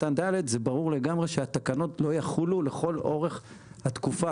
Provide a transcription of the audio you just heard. קטן (ד) זה ברור לגמרי שהתקנות לא יחולו לכל אורך התקופה,